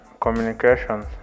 communications